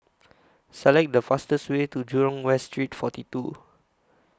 Select The fastest Way to Jurong West Street forty two